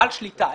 בעל שליטה,